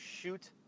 shoot